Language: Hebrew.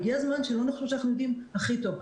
הגיע הזמן שלא נחשוב שאנחנו יודעים הכי טוב.